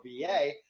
VA